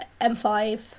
m5